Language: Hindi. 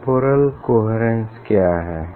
टेम्पोरल कोहेरेन्स क्या है